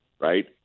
right